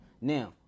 Now